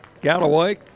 Galloway